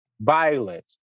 violence